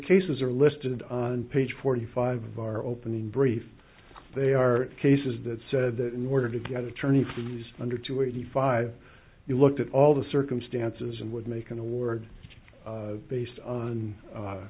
cases are listed on page forty five of our opening brief they are cases that said that in order to get attorney fees under two eighty five you looked at all the circumstances and would make an award based on